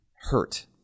Hurt